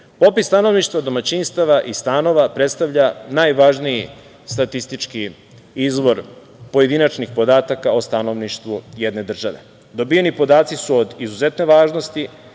Popis stanovništva, domaćinstava i stanova predstavlja najvažniji statistički izvor pojedinačnih podataka o stanovništvu jedne države. Dobijeni podaci su od izuzetne važnosti